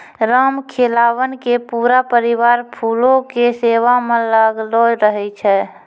रामखेलावन के पूरा परिवार फूलो के सेवा म लागलो रहै छै